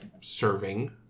serving